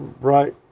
right